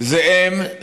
זה הם,